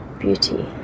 beauty